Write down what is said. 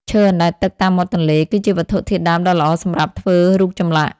ឈើអណ្តែតទឹកតាមមាត់ទន្លេ គឺជាវត្ថុធាតុដើមដ៏ល្អសម្រាប់ធ្វើរូបចម្លាក់។